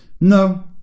no